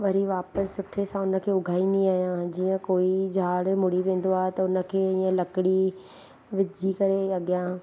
वरी वापसि सुठे सां हुनखे उघाईंदी आहियां जीअं कोई झाड़ मूड़ी वेंदो आहे त हुनखे हीअं लकड़ी विझी करे अॻियां